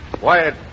Wyatt